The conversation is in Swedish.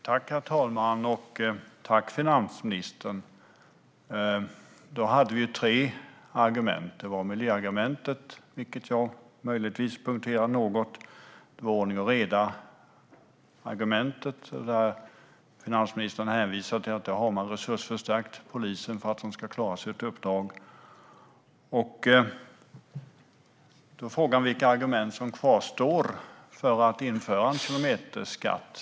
Herr talman! Tack, finansministern! Det fanns tre argument. Det var miljöargumentet, vilket jag möjligtvis punkterade något. Det var argumentet om ordning och reda. Finansministern hänvisade till att man har stärkt resurserna till polisen för att de ska klara sitt uppdrag. Då är frågan vilka argument som kvarstår för att införa en kilometerskatt.